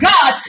God